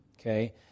okay